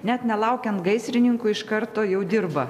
net nelaukiant gaisrininkų iš karto jau dirba